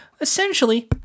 essentially